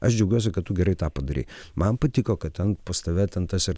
aš džiaugiuosi kad tu gerai tą padarei man patiko kad ten pas tave ten tas ir